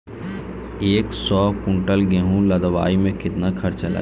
एक सौ कुंटल गेहूं लदवाई में केतना खर्चा लागी?